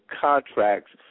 contracts